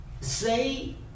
say